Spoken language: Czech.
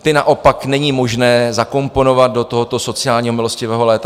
Ty naopak není možné zakomponovat do tohoto sociálního milostivého léta.